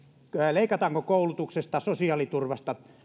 leikataanko koulutuksesta sosiaaliturvasta ja